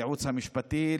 לייעוץ המשפטי,